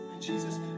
Jesus